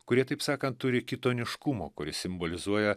kurie taip sakan turi kitoniškumo kuris simbolizuoja